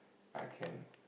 I can